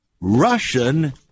Russian